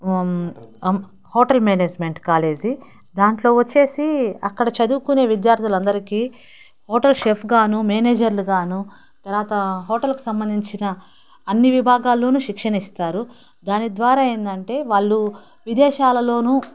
hotel management college దాంట్లో వచ్చేసి అక్కడ చదువుకునే విద్యార్థులందరికీ హోటల్ షెఫ్గాను మేనెజర్లుగానూ తరువాత హోటల్కి సంబంధించిన అన్ని విభాగాల్లోనూ శిక్షణ ఇస్తారు దాని ద్వారా ఏంటంటే వాళ్ళు విదేశాలలోనూ